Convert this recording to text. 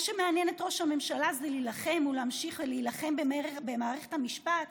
מה שמעניין את ראש הממשלה זה להילחם ולהמשיך להילחם במערכת המשפט,